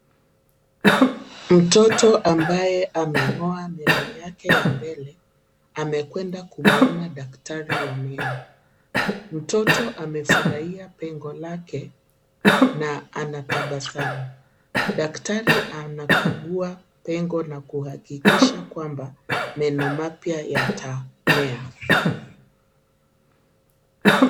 Mtoto ambaye ameng'oa meno yake ya mbele amekwenda kumuona daktari wa meno. Mtoto amefurahia pengo lake na anatabasamu. Daktari anakagua pengo na kuhakikisha kwamba meno mapya yatamea.